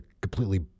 completely